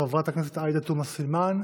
חברת הכנסת עאידה תומא סלימאן,